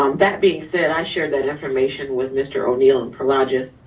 um that being said, i shared that information with mr. o'neil and prologis,